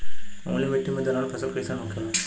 अम्लीय मिट्टी मे दलहन फसल कइसन होखेला?